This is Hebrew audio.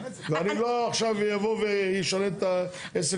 ואני לא עכשיו אבוא ואשנה את העסק